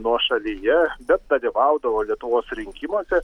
nuošalyje bet dalyvaudavo lietuvos rinkimuose